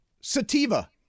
sativa